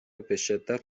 بشدت